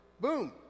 boom